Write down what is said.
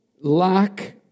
lack